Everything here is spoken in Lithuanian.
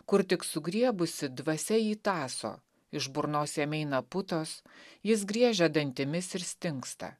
kur tik sugriebusi dvasia jį tąso iš burnos jam eina putos jis griežia dantimis ir stingsta